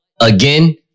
again